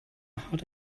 heart